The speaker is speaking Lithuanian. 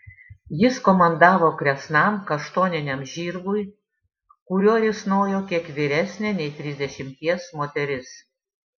jis komandavo kresnam kaštoniniam žirgui kuriuo risnojo kiek vyresnė nei trisdešimties moteris